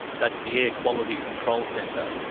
that's the air quality control centre.